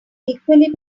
equally